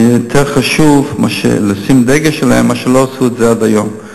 שיותר חשוב לשים דגש עליהם, מה שלא עשו עד היום.